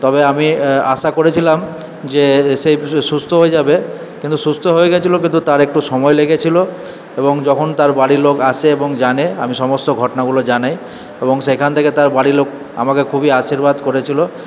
তবে আমি আশা করেছিলাম যে সে সুস্থ হয়ে যাবে কিন্তু সুস্থ হয়ে গেছিলো কিন্তু তার একটু সময় লেগেছিলো এবং যখন তার বাড়ির লোক আসে এবং জানে আমি সমস্ত ঘটনাগুলো জানাই এবং সেখান থেকে তার বাড়ির লোক আমাকে খুবই আশীর্বাদ করেছিলো